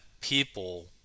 people